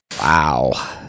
Wow